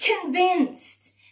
convinced